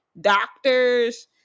doctors